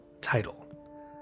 title